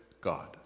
God